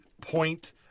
point